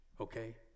Okay